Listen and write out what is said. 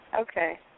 Okay